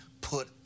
put